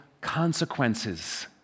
consequences